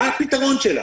מה הפתרון שלה?